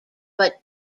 but